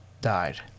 died